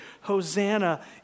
Hosanna